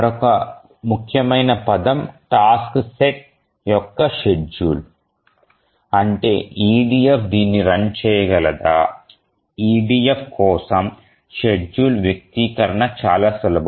మరొక ముఖ్యమైన పదం టాస్క్ సెట్ యొక్క షెడ్యూల్ అంటే EDF దీన్ని రన్ చేయగలదా EDF కోసం షెడ్యూల్ వ్యక్తీకరణ చాలా సులభం